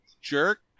jerk